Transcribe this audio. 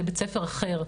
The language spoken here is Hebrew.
לבית ספר אחר.